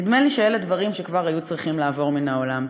נדמה לי שאלה דברים שכבר היו צריכים לעבור מהעולם.